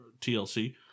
TLC